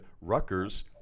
Rutgers